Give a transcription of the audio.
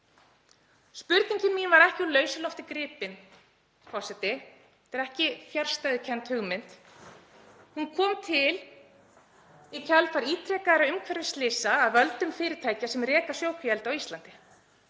Spurningin mín var ekki úr lausu lofti gripin, forseti. Þetta er ekki fjarstæðukennd hugmynd. Hún kom til í kjölfar ítrekaðra umhverfisslysa af völdum fyrirtækja sem reka sjókvíaeldi á Íslandi.